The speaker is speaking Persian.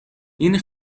این